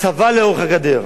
צבא לאורך הגדר,